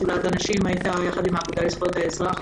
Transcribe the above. שדולת הנשים ביחד עם האגודה לזכויות האזרח